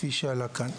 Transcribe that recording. כפי שעלה כאן.